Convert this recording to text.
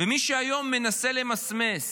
ומי שהיום מנסה למסמס